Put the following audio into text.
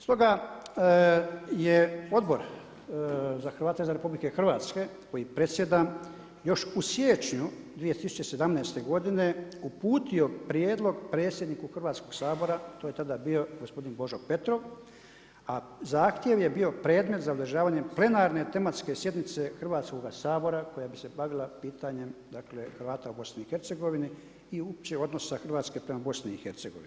Stoga, je Odbor za Hrvate za RH koji predsjedam, još u siječnju 2017. uputio prijedlog predsjedniku Hrvatskog sabora, to je tada bio gospodin Božo Petrov, a zahtjev je bio predmet za održavanje plenarne tematske sjednice Hrvatskog sabora koja bi se bavila pitanjem Hrvata u BIH i uopće odnosa Hrvatske prema BIH.